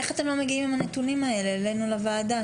איך אתם לא מגיעים עם הנתונים האלה אלינו לוועדה,